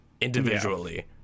individually